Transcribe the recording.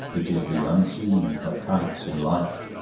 it is the unseen that counts in life